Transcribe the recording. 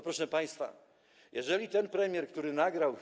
Proszę państwa, jeżeli ten premier, który nagrał.